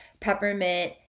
peppermint